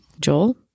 Joel